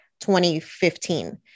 2015